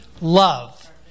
love